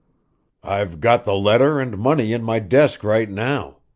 i've got the letter and money in my desk right now.